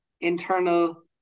internal